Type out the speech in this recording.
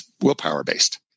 willpower-based